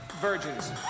virgins